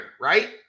right